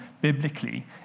biblically